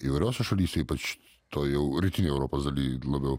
įvairiose šalyse ypač toj jau rytinėj europos daly labiau